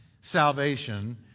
salvation